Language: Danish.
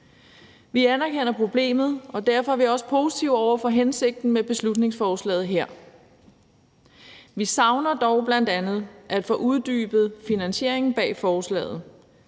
Vi anerkender problemet, og derfor er vi også positive over for hensigten med beslutningsforslaget her. Vi savner dog bl.a. at få uddybet finansieringen bag forslaget,